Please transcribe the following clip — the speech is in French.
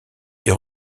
est